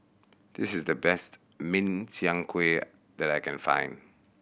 this is the best Min Chiang Kueh that I can find